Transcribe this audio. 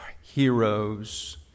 heroes